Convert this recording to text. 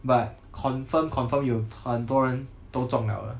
but confirm confirm 有很多人都中了了